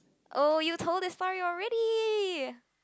oh you told the story already